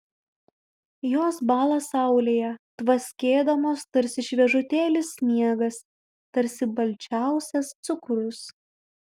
jos bąla saulėje tvaskėdamos tarsi šviežutėlis sniegas tarsi balčiausias cukrus